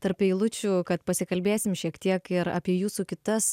tarp eilučių kad pasikalbėsim šiek tiek ir apie jūsų kitas